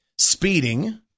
Speeding